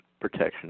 Protection